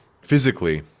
Physically